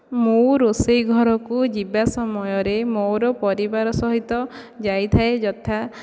ମୁଁ ରୋଷେଇ ଘରକୁ ଯିବା ସମୟରେ ମୋର ପରିବାର ସହିତ ଯାଇଥାଏ ଯଥା